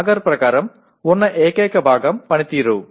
మాగర్ ప్రకారం ఉన్న ఏకైక భాగం పనితీరు